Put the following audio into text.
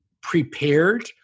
prepared